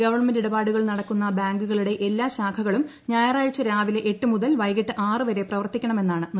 government ഇടപാടുകൾ നടക്കുന്ന ബാങ്കുകളുടെ എല്ലാ ശാഖകളും ഞായറാഴ്ച രാവിലെ എട്ടുമുതൽ വൈകിട്ട് ആറുവരെ പ്രവർത്തിക്കണമെന്നാണ് നിർദ്ദേശം